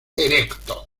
erecto